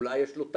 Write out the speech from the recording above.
אולי יש לו תן.